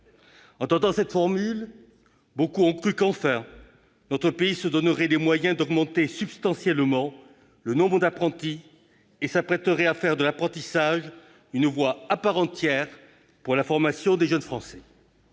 Entendant cette formule, beaucoup ont cru qu'enfin notre pays se donnerait les moyens d'augmenter substantiellement le nombre d'apprentis et s'apprêterait à faire de l'apprentissage une voie à part entière pour la formation des jeunes Français.